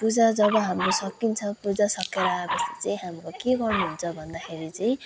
पूजा जब हाम्रो सकिन्छ पूजा सक्किएर आएपछि चाहिँ हाम्रो के गर्नुहुन्छ भन्दाखेरि चाहिँ